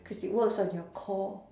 cause it works on your core